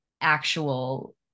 actual